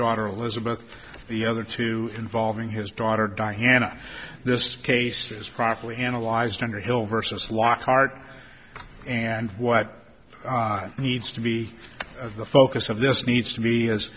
daughter elizabeth the other two involving his daughter diana this case is properly analyzed underhill versus lockhart and what needs to be the focus of this needs to be